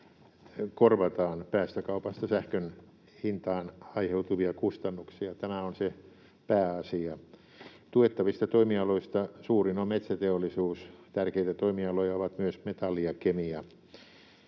korvataan päästökaupasta sähkön hintaan aiheutuvia kustannuksia. Tämä on se pääasia. Tuettavista toimialoista suurin on metsäteollisuus. Tärkeitä toimialoja ovat myös metalli ja kemia.